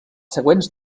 següents